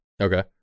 Okay